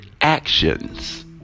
actions